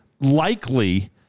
likely